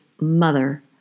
mother